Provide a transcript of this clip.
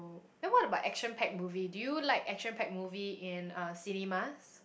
then what about action pack movie do you like action pack movie in uh cinemas